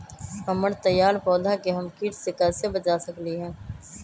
हमर तैयार पौधा के हम किट से कैसे बचा सकलि ह?